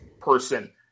person